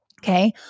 Okay